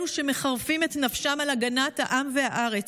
אלו שמחרפים את נפשם על הגנת העם והארץ,